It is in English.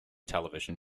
television